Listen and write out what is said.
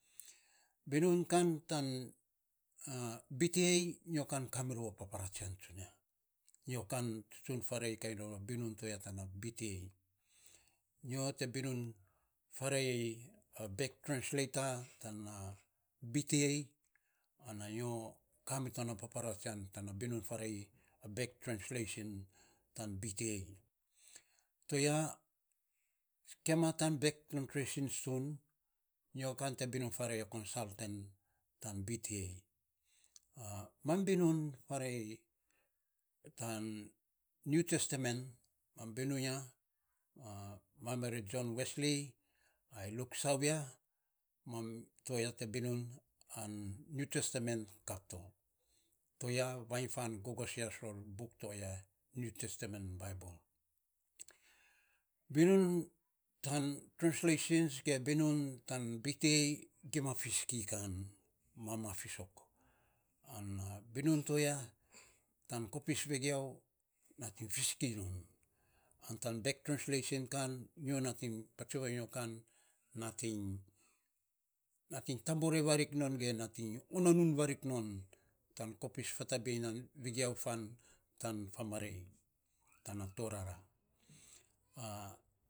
Binun kan tan bta nyo kan kamirou buiny papara tsunia, nyo kan tsutsun farei kainy rou a bta nyo kan tsutsun farei kainy a u bek trensleita, ana a nyo kamiton buiny papara tsian tan binun farei a trensleita tan. Bta ti ya gima trensleita tsun nyo kan tsutsun farei kan a konsalten mam binun farei tan niu testament mam binun j wesly, luk sauvia mam to ya binun an niu testament kap to, to ya vainy fan gogosias oston niu testament baibel binun tan trensleisen gima mamaf fisok, binun to ya nating fisiki fisok non an bek trensleisen kan, patsu vanyo kan nating tabore varile non ge o nanun tan kopis vegiau fan tan faa marei ge puara gose.